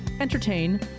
entertain